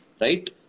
Right